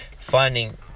finding